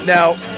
Now